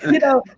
you know,